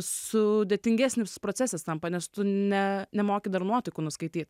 sudėtingesnis procesas tampa nes tu ne nemoki dar nuotaikų nuskaityt